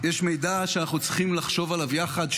יש מידע שאנחנו צריכים לחשוב עליו יחד,